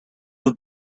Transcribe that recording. have